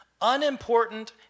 unimportant